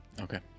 Okay